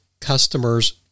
customers